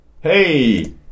Hey